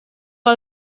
per